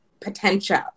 potential